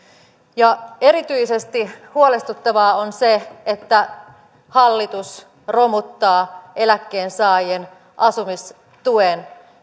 erityisesti huolestuttavaa on se että hallitus romuttaa eläkkeensaajien asumistuen